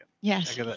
Yes